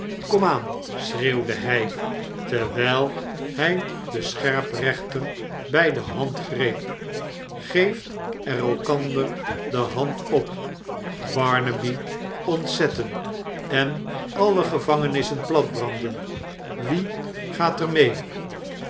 schreeuwde hij terwijl hij den scherprechter bij de hand greep geeft er elkander de hand op barnaby ontzetten en alle gevangenissen platbranden wie gaat er meeallen